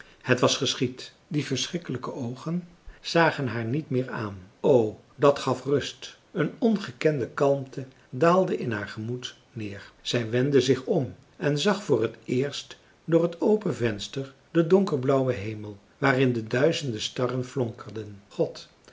het was geschied die verschrikkelijke oogen zagen haar niet meer aan o dat gaf rust een ongekende kalmte daalde in haar gemoed neer zij wendde zich om en zag voor het eerst door het open venster den donkerblauwen hemel waarin de duizenden starren flonkerden god